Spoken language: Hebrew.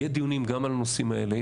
יהיה דיונים גם על הנושאים האלה.